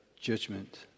judgment